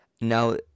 Now